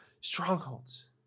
strongholds